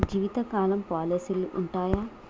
జీవితకాలం పాలసీలు ఉంటయా?